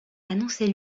annoncez